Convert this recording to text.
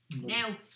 Now